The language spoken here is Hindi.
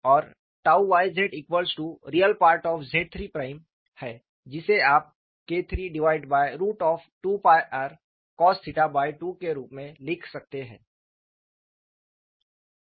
और yzReZIII है जिसे आप KIII 2𝞹rcos𝚹2के रूप में लिख सकते हैं